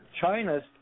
China's